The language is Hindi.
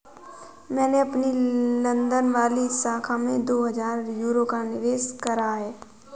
मैंने अपनी लंदन वाली शाखा में दो हजार यूरो का निवेश करा है